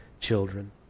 children